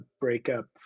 breakup